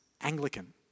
Anglican